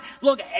look